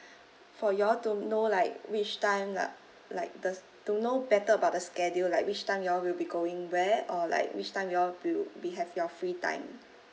for you all to know like which time uh like the to know better about the schedule like which time you all will be going where or like which time you all will be have your free time